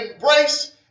embrace